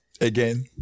Again